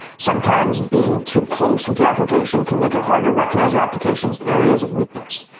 sometimes being too close with the application can make it hard to recognize your application's areas of weakness.